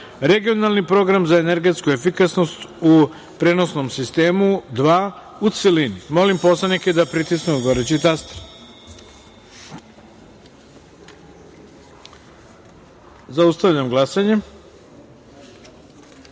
(Regionalni program za energetsku efikasnost u prenosnom sistemu II) u celini. Molim poslanike da pritisnu odgovarajući taster. Zaustavljam glasanja. Ukupno